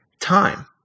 time